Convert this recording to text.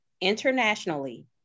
internationally